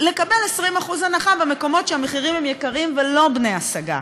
לקבל 20% הנחה במקומות שהמחירים הם יקרים ולא בני-השגה.